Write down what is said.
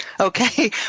okay